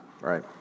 Right